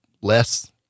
less